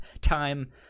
time